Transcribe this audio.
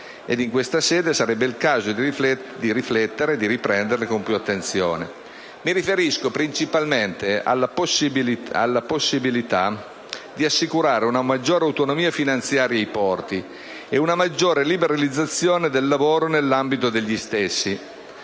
in questa sede sarebbe il caso di rifletterci e di riprenderle con più attenzione. Mi riferisco principalmente alla possibilità di assicurare una maggiore autonomia finanziaria ai porti e una maggiore liberalizzazione del lavoro nell'ambito degli stessi.